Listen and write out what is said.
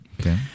Okay